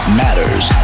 matters